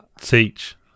Teach